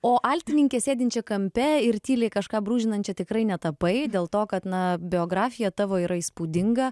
o altininkė sėdinčia kampe ir tyliai kažką brūžinančią tikrai netapai dėl to kad na biografija tavo yra įspūdinga